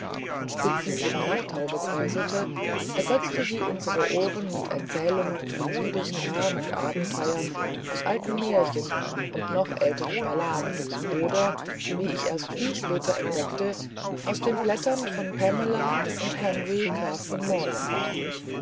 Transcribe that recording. und die spitzen ihrer nachthauben kräuselte ergötzte sie unsere ohren mit erzählungen von liebesgram und abenteuern aus alten märchen und noch älteren balladen oder wie ich erst viel später entdeckte aus den blättern von pamela und henry graf von moreland